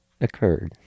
occurred